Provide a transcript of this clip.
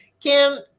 Kim